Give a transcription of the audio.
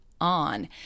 on